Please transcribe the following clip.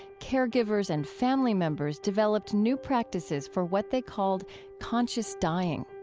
caregivers and family members developed new practices for what they called conscious dying.